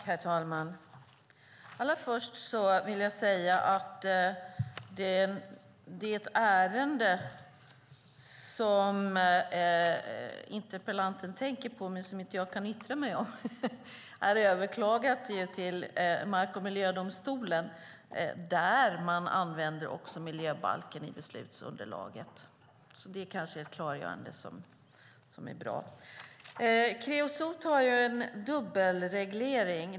Herr talman! Allra först vill jag säga att det ärende som interpellanten tänker på men som inte jag kan yttra mig om är överklagat till mark och miljödomstolen, där man också använder miljöbalken i beslutsunderlaget. Det kanske är ett klargörande som är bra. Kreosot har en dubbelreglering.